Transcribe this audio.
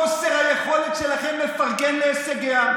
חוסר היכולת שלכם לפרגן להישגיה,